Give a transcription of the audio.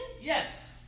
Yes